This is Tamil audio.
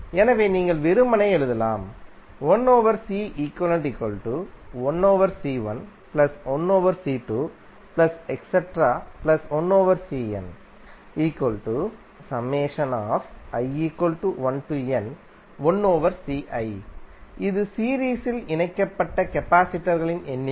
எனவே நீங்கள் வெறுமனே எழுதலாம் இது சீரீஸில் இணைக்கப்பட்ட கபாசிடர் களின் எண்ணிக்கை